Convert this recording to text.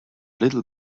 little